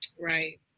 Right